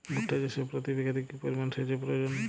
ভুট্টা চাষে প্রতি বিঘাতে কি পরিমান সেচের প্রয়োজন?